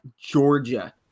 Georgia